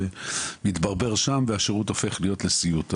מתברבר שם והשירות הופך להיות לסיוט.